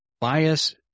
bias